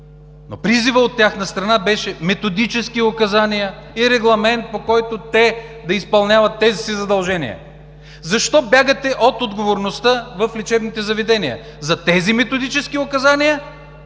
Но призивът от тяхна страна беше: „Методически указания и регламент, по който те да изпълняват тези си задължения“. Защо бягате от отговорността в лечебните заведения – за тези методически указания,